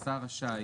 "השר רשאי,